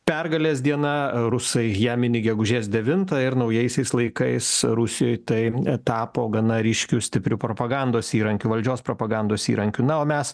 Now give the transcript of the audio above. pergalės diena rusai ją mini gegužės devintą ir naujaisiais laikais rusijoj tai tapo gana ryškiu stipriu propagandos įrankiu valdžios propagandos įrankiu na o mes